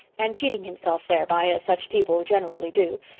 and cheating himself thereby, as such people generally do,